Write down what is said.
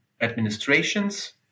administrations